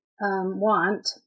want